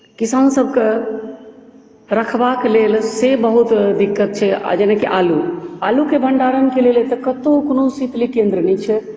किसानसभकेँ रखबाक लेल से बहुत दिक्कत छै आओर जेनाकि आलू आलूके भण्डारणके लेल एतय कतहु कोनो शीतली केन्द्र नहि छै